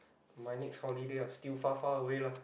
my next holiday ah still far far away lah